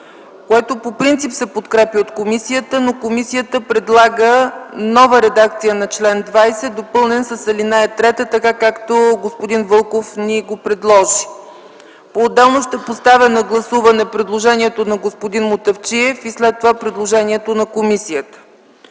което по принцип се подкрепя от комисията, но комисията предлага нова редакция на чл. 20, допълнен с ал. 3, както господин Вълков ни го предложи. Отделно ще поставя на гласуване предложението на господин Мутафчиев, а след това – предложението на комисията.